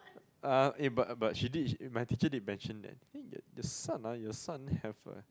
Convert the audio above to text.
uh eh but but she did my teacher did mention that eh your son ah your son have a